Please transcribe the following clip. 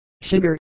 sugar